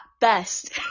best